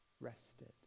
rested